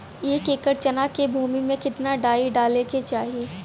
एक एकड़ चना के भूमि में कितना डाई डाले के चाही?